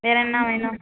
வேறு என்ன வேணும்